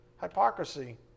hypocrisy